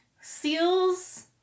Seals